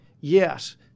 Yes